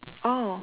oh